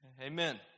Amen